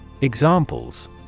Examples